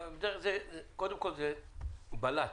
קודם כל, זה בלט.